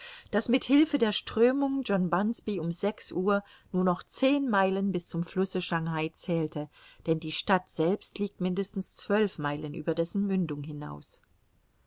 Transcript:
daß mit hilfe der strömung john bunsby um sechs uhr nur noch zehn meilen bis zum flusse schangai zählte denn die stadt selbst liegt mindestens zwölf meilen über dessen mündung hinaus